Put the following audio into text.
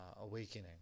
awakening